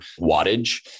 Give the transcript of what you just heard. wattage